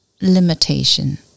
limitation